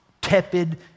tepid